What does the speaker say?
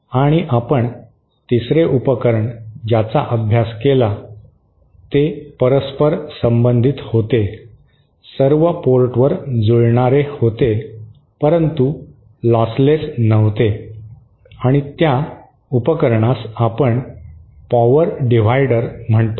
आणि आपण तिसरे उपकरण ज्याचा अभ्यास केला ते परस्परसंबंधित होते सर्व पोर्टवर जुळणारे होते परंतु लॉसलेस नव्हते आणि त्या उपकरणास आपण पॉवर डीव्हायडर म्हणतो